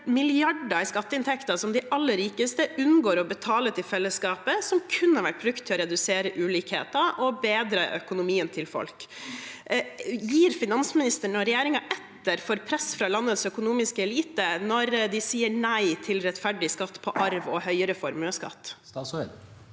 milliarder i skatteinntekter som de aller rikeste unngår å betale til fellesskapet, og som kunne vært brukt til å redusere ulikheter og bedre økonomien til folk. Gir finansministeren og regjeringen etter for press fra landets økonomiske elite når de sier nei til rettferdig skatt på arv og høyere formuesskatt? Statsråd